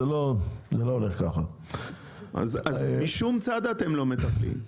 זה לא הולך ככה --- אז משום צד אתם לא מקבלים.